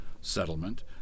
settlement